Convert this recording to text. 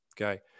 okay